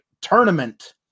tournament